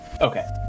Okay